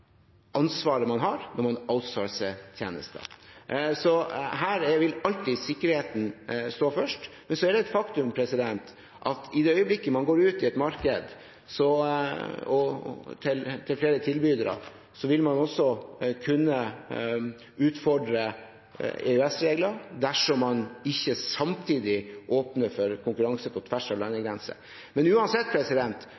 ansvaret man har når man outsourcer tjenester. Her vil alltid sikkerheten stå først, men så er det et faktum at i det øyeblikket man går ut til flere tilbydere i et marked, vil man også kunne utfordre EØS-reglene dersom man ikke samtidig åpner for konkurranse på tvers av